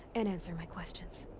and answer my questions.